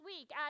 week